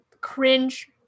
cringe